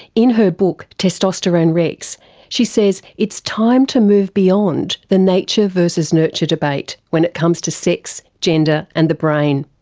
in her book testosterone rex she says it's time to move beyond the nature vs nurture debate when it comes to sex, gender and the brain.